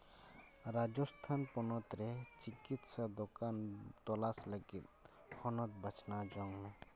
ᱨᱟᱡᱚᱥᱛᱷᱟᱱ ᱯᱚᱱᱚᱛ ᱨᱮ ᱪᱤᱠᱤᱛᱥᱟ ᱫᱚᱠᱟᱱ ᱛᱚᱞᱟᱥ ᱞᱟᱹᱜᱤᱫ ᱦᱚᱱᱚᱛ ᱵᱟᱪᱷᱱᱟᱣ ᱡᱚᱝ ᱢᱮ